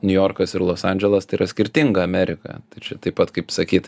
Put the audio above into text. niujorkas ir los andželas tai yra skirtinga amerika tai čia taip pat kaip sakyt